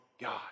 God